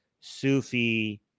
Sufi